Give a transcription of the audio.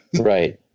Right